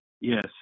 Yes